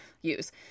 use